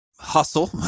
hustle